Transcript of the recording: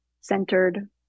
centered